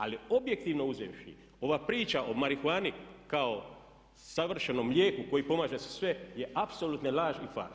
Ali objektivno uzevši ova priča o marihuani kao savršenom lijeku koji pomaže za sve je apsolutna laž i farsa.